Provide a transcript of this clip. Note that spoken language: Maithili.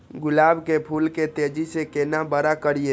गुलाब के फूल के तेजी से केना बड़ा करिए?